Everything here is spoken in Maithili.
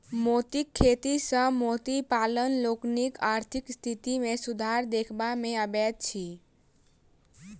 मोतीक खेती सॅ मोती पालक लोकनिक आर्थिक स्थिति मे सुधार देखबा मे अबैत अछि